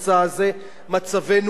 מצבנו מאוד גרוע.